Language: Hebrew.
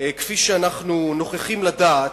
כפי שאנחנו נוכחים לדעת,